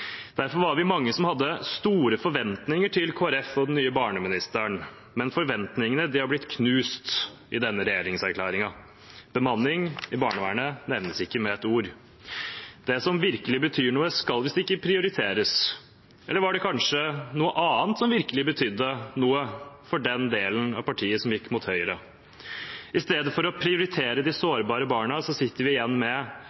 Derfor var vi mange som hadde store forventninger til Kristelig Folkeparti og den nye barneministeren, men forventningene har blitt knust med denne regjeringserklæringen. Bemanningen i barnevernet nevnes ikke med et ord. Det som virkelig betyr noe, skal visst ikke prioriteres – eller var det kanskje noe annet som virkelig betydde noe for den delen av partiet som gikk mot høyre? I stedet for å prioritere de